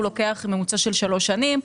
הוא לוקח ממוצע של שלוש שנים.